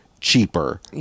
cheaper